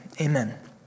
amen